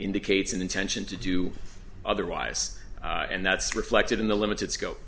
indicates an intention to do otherwise and that's reflected in the limited scope